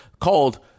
called